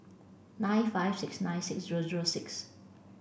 nine five six nine six zero zero six